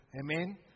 Amen